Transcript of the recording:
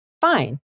fine